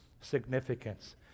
Significance